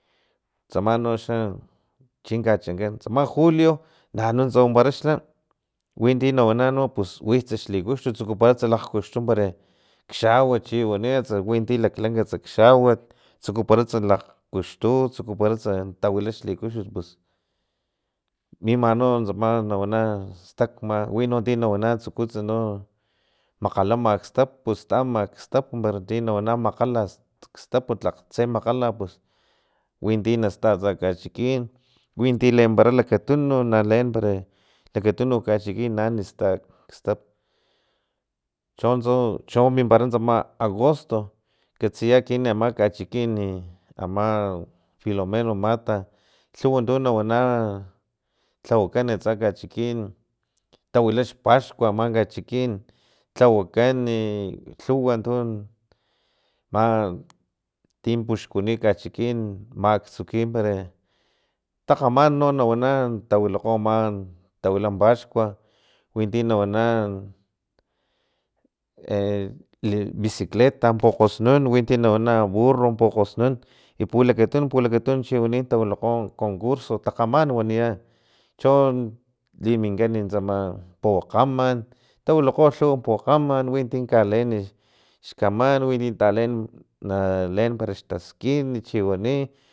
Tsama no xa chin kachankan tsama julio nanuntsa wampara xa winti nawana no pus witsa lhikuxtu tsukupats lakgkuxtu para xawat chiwani winti laklankats xawat tsukuparats lakgkuxtu tsukuparats tawila xkikuxtutmima no tsama nawana stakma wino ti nawana tsukutsa no makgalama xstap stama xstap para ti nawana makgala stap tse makgala winti nasta atsa kachikin winti lempara lakatununk naleen para lakatunuk kachikin i na an sta stap chon mimpara tsama agosto katsiya ekinan chiama kachikin ama filomeno mata lhuwa tu nawana tlawakan atsa kachikin tawila xpaxkua ama kachikin tlawakan i lhuwa tu ma tin puxkuni kachikin maktsuki para takgaman no nawana tawilakgo no ama tawila paxkua winti nawana e bicicleta pokgosnun winti nawana burro pokgosnun i pulakatun pulakatunu chiwani tawilakgo conkurso takgaman waniya cho liminkan tsama pokgaman tawilakgo lhuwa pokgaman winti kaleen xkaman winti taleen na leen para xtaskin chiwani